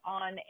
on